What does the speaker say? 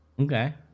Okay